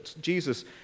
Jesus